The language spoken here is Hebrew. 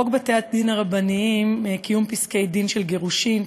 חוק בתי-דין רבניים (קיום פסקי-דין של גירושין),